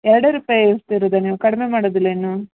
ಎರಡೇ ರೂಪಾಯಿ ಏರಿಸ್ತಿರೋದಾ ನೀವು ಕಡಿಮೆ ಮಾಡೋದಿಲ್ಲ ಇನ್ನು